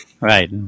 Right